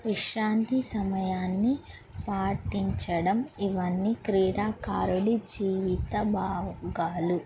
విశ్రాంతి సమయాన్ని పాటించడం ఇవన్నీ క్రీడాకారుడి జీవిత భాగాలు